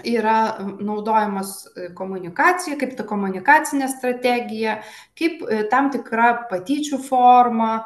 yra naudojamas komunikacijai kaip ta komunikacinė strategija kaip tam tikra patyčių forma